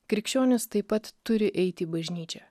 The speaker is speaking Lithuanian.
krikščionys taip pat turi eiti į bažnyčią